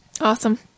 Awesome